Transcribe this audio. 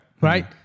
right